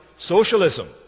Socialism